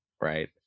right